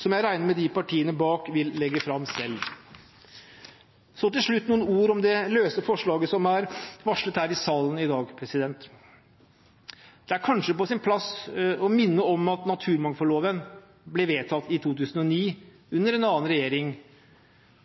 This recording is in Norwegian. som jeg regner med partiene bak vil legge fram selv. Så til slutt noen ord om det løse forslaget som er varslet her i salen i dag. Det er kanskje på sin plass å minne om at naturmangfoldloven ble vedtatt i 2009 under en annen regjering,